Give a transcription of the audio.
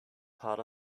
part